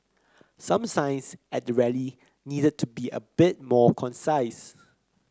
some signs at the rally needed to be a bit more concise